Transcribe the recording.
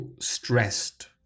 stressed